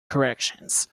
corrections